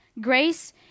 grace